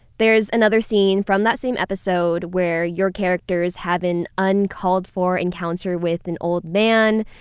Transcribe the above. there's another scene from that same episode where your characters have an uncalled for encounter with an old man,